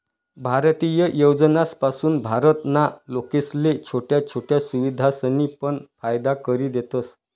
भारतीय योजनासपासून भारत ना लोकेसले छोट्या छोट्या सुविधासनी पण फायदा करि देतस